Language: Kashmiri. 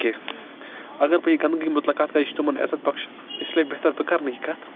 کینٛہہ اگر بہٕ یہِ گنٛدگی مُتلَق کَتھ کَرٕ یہِ چھِ تِمَن عزت بَخشان اِسلیے بہتر بہٕ کَرنہٕ یہِ کَتھ